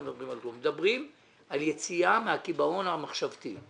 אנחנו מדברים על יציאה מהקיבעון המחשבתי.